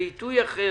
בעיתוי אחר